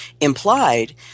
implied